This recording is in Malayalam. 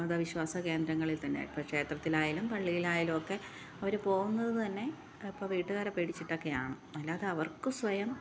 മതവിശ്വാസകേന്ദ്രങ്ങളില് തന്നെ ഇപ്പോൾ ക്ഷേത്രത്തിലായാലും പള്ളിയിലായാലുമൊക്കെ അവർ പോകുന്നത് തന്നെ ഇപ്പോൾ വീട്ടുകാരേ പേടിച്ചിട്ടൊക്കെയാണ് അല്ലാതെ അവർക്ക് സ്വയം